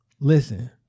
Listen